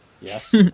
Yes